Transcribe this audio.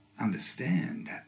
understand